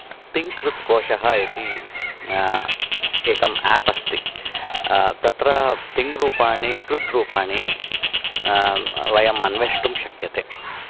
तिङ्कृत् कोशः इति एकम् एप् अस्ति तत्र तिङ् रूपाणि कृत् रूपाणि वयम् अन्वेष्टुं शक्यते